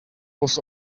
was